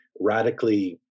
radically